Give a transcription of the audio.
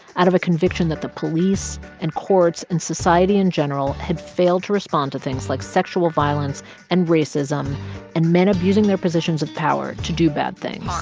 out of a conviction that the police and courts and society in general had failed to respond to things like sexual violence and racism and men abusing their positions of power to do bad things